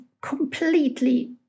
completely